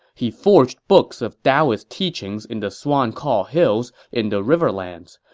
he forged books of daoist teachings in the swan call hills in the riverlands.